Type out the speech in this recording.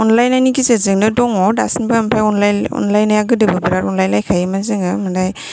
अनलायनायनि गेजेरजोंनो दङ दासिमबो आमफाय अनलायनाया गोदोबो बिराथ अनलायखायोमोन जोङो ओमफ्राय